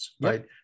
right